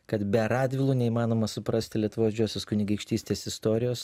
kad be radvilų neįmanoma suprasti lietuvos didžiosios kunigaikštystės istorijos